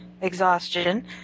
exhaustion